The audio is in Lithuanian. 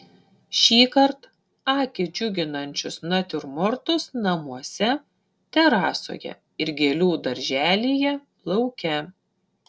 šįkart akį džiuginančius natiurmortus namuose terasoje ir gėlių darželyje lauke